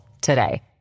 today